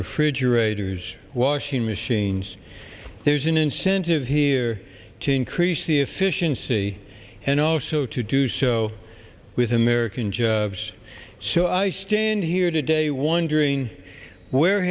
refrigerators washing machines there's an incentive here to increase the efficiency and also to do so with american jobs so i stand here today wondering where